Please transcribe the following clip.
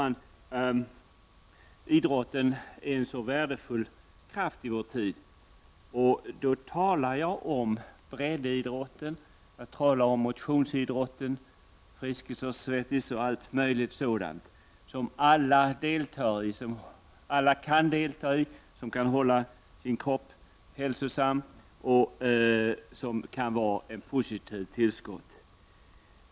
Herr talman! Idrotten är en värdefull kraft i vår tid. Då talar jag om breddidrotten, motionsidrotten, Friskis och Svettis osv. som alla kan delta i för att hålla sin kropp hälsosam och som kan vara ett positivt tillskott i tillvaron.